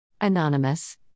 Anonymous